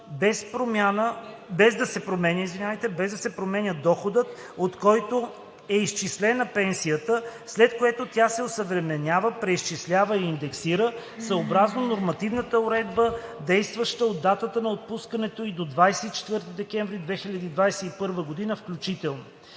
без да се променя доходът, от който е изчислена пенсията, след което тя се осъвременява, преизчислява и индексира съобразно нормативната уредба, действаща от датата на отпускането ѝ до 24 декември 2021 г. включително.